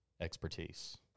expertise